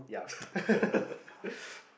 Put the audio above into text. yeah